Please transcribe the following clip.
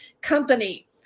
company